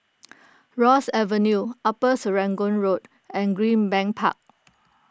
Ross Avenue Upper Serangoon Road and Greenbank Park